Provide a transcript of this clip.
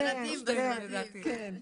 כן, כן.